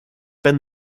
been